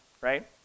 right